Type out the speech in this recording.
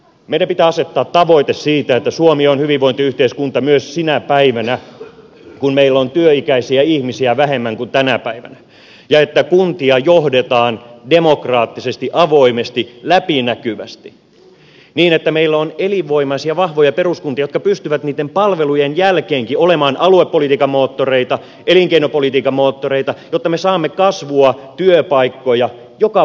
meidän pitää asettaa tavoite siitä että suomi on hyvinvointiyhteiskunta myös sinä päivänä kun meillä on työikäisiä ihmisiä vähemmän kuin tänä päivänä ja että kuntia johdetaan demokraattisesti avoimesti läpinäkyvästi että meillä on elinvoimaisia vahvoja peruskuntia jotka pystyvät niitten palvelujen jälkeenkin olemaan aluepolitiikan moottoreita elinkeinopolitiikan moottoreita jotta me saamme kasvua työpaikkoja joka puolelle suomea